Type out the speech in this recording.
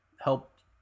helped